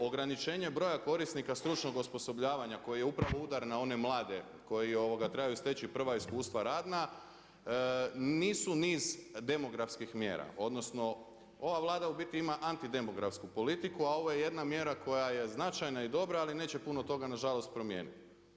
Ograničenje broja korisnika stručnog osposobljavanja koji upravo udar na one mlade koji trebaju steći prva iskustva radna, nisu niz demografskih mjera, odnosno, ova Vlada u biti ima antidemografsku politiku, a ovo je jedna mjera koja je značajna i dobra, ali neće puno toga, na žalost promijeniti.